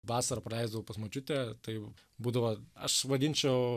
vasarą praleidau pas močiutę tai būdavo aš vadinčiau